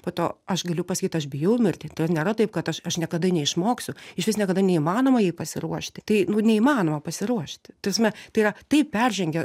po to aš galiu pasakyt aš bijau mirti todėl nėra taip kad aš aš niekada neišmoksiu išvis niekada neįmanoma jai pasiruošti tai nu neįmanoma pasiruošti ta prasme tai yra taip peržengia